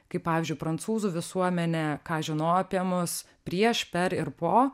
kaip pavyzdžiui prancūzų visuomenė ką žinojo apie mus prieš per ir po